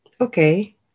Okay